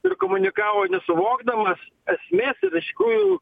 ir komunikavo nesuvokdamas esmės ir iš tikrųjų